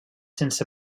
sense